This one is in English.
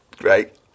right